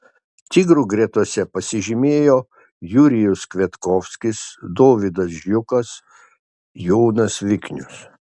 tigrų gretose pasižymėjo jurijus kviatkovskis dovydas žiukas jonas viknius